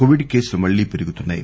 Covid కేసులు మళ్లీ పెరుగుతున్నాయి